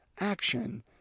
action